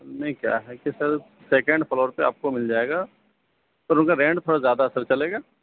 نہیں کیا ہے کہ سر سیکینڈ فلور پہ آپ کو مل جائے گا سر اس کا رینٹ تھوڑا زیادہ ہے سر چلے گا